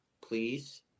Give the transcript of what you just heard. please